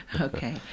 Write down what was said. Okay